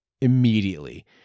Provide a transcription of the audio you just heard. immediately